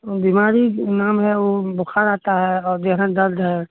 बीमारी नाम है ऊ बोखार आता है आओर देह हाथ दर्द है